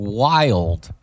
wild